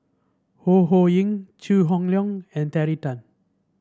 Ho Ho Ying Chew Hock Leong and Terry Tan